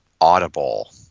audible